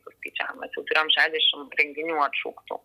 suskaičiavom mes jau turėjom šedešim renginių atšauktų